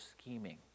scheming